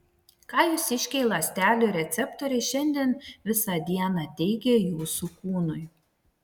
ką jūsiškiai ląstelių receptoriai šiandien visą dieną teigė jūsų kūnui